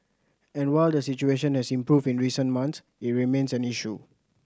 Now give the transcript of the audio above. and while the situation has improved in recent months it remains an issue